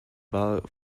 war